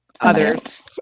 others